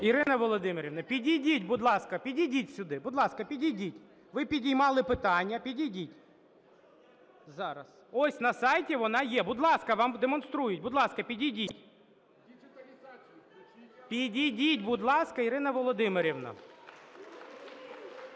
Ірино Володимирівно, підійдіть, будь ласка, підійдіть сюди. Будь ласка, підійдіть. Ви піднімали питання. Підійдіть. Ось на сайті вона є. Будь ласка, вам демонструють. Будь ласка, підійдіть. Підійдіть, будь ласка, Ірино Володимирівно.